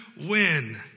win